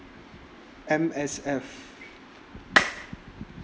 M_S_F